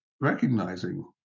recognizing